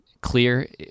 clear